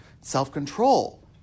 Self-control